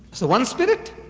so one spirit